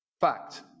Fact